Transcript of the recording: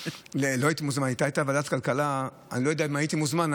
אני לא יודע אם הייתי מוזמן,